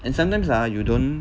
and sometimes ah you don't